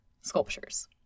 sculptures